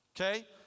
Okay